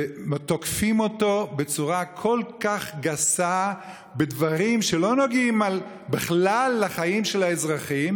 ותוקפים אותו בצורה כל כך גסה בדברים שלא נוגעים בכלל לחיים של האזרחים